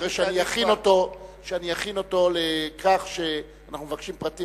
אחרי שאני אכין אותו לכך שאנחנו מבקשים פרטים